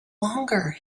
longer